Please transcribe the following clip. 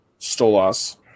Stolas